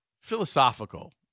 Philosophical